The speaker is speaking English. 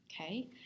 Okay